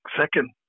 second